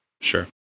sure